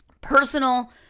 Personal